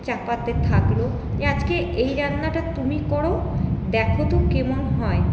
চাপাতে থাকল আজকে এই রান্নাটা তুমি করো দেখো তো কেমন হয়